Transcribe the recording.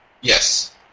Yes